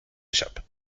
échappe